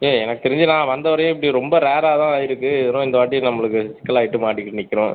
அண்ணே எனக்கு தெரிஞ்சு நான் வந்த வரையும் இப்படி ரொம்ப ரேராக தான் ஆயிருக்கு என்னவோ இந்தவாட்டி நம்மளுக்கு சிக்கலாகிட்டு மாட்டிக்கிட்டு நிற்கிறோம்